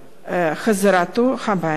החזרתו הביתה.